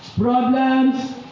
problems